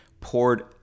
poured